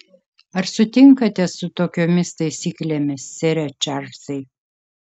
ar sutinkate su tokiomis taisyklėmis sere čarlzai